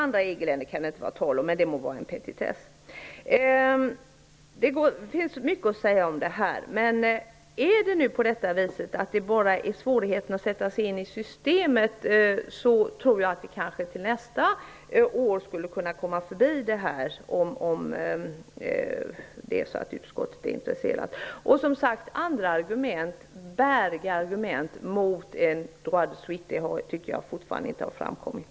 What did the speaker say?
Det kan inte vara tal om flera andra EG-länder. Men det må vara en petitess. Det finns mycket att säga om detta. Om det bara är fråga om svårigheter att sätta sig in i systemet, tror jag att vi nästa år -- om utskottet är intresserat -- kan komma förbi denna svårighet. Jag tycker fortfarande inte att det har framkommit värdiga motargument till ''droit de suite''.